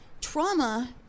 Trauma